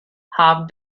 half